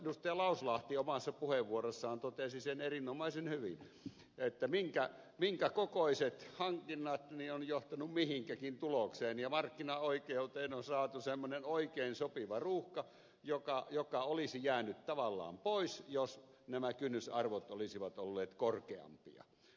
lauslahti omassa puheenvuorossaan totesi sen erinomaisen hyvin minkä kokoiset hankinnat ovat johtaneet mihinkin tulokseen ja markkinaoikeuteen on saatu semmoinen oikein sopiva ruuhka joka olisi jäänyt tavallaan pois jos nämä kynnysarvot olisivat olleet korkeampia